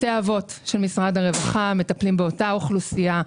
בתי האבות של משרד הרווחה מטפלים באותה אוכלוסייה.